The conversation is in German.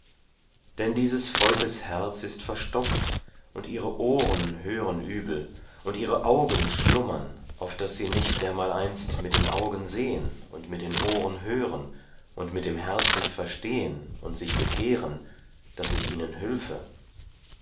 denn dieses volkes herz ist verstockt und ihre ohren hören übel und ihre augen schlummern auf daß sie nicht dermaleinst mit den augen sehen und mit den ohren hören und mit dem herzen verstehen und sich bekehren daß ich ihnen hülfe